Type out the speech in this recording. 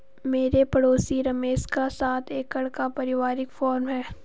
मेरे पड़ोसी रमेश का सात एकड़ का परिवारिक फॉर्म है